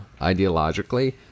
ideologically